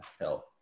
hell